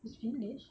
east village